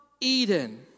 Eden